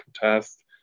contest